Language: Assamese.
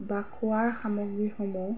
বা খোৱাৰ সামগ্ৰীসমূহ